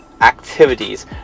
activities